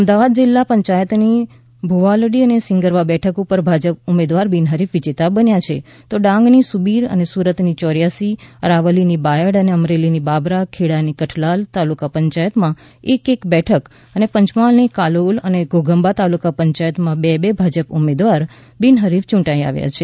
અમદાવાદ જિલ્લા પંચાયત ની ભુવાલડી અને સિંગરવા બેઠક ઉપર ભાજપ ઉમેદવાર બિનફરીફ વિજેતા બન્યા છે તો ડાંગ ની સુબીર સુરત ની ચોર્યાસી અરાવલી ની બાયડ અને અમરેલી ની બાબરા ખેડા ની કઠલાલ તાલુકા પંચાયત માં એક એક બેઠક અને પંચમહાલ ની કાલોલ અને ઘોઘંબા તાલુકાપંચાયત માં બે બે ભાજપ ઉમેદવાર બિનહરીફ યૂંટાઈ આવ્યા છે